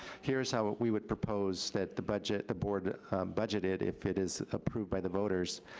here's how we would propose that the budget, the board budget it, if it is approved by the voters.